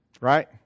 right